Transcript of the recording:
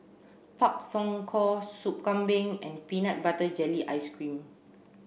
Pak Thong Ko Soup Kambing and peanut butter jelly ice cream